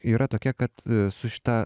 yra tokia kad su šita